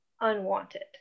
unwanted